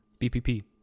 BPP